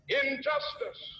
injustice